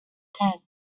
tent